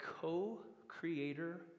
co-creator